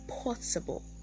possible